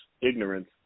ignorance